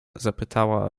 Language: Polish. zapytała